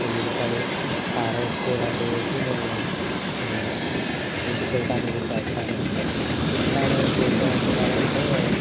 వెల్లుల్లిపాయి కారం ఉప్పు ఇలాంటివి వేసి మేము గుడ్డు పుల్టా అనేది చేస్తాను ఇంకా నేను చేసే వంటకాలు అంటే